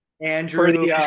Andrew